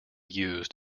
used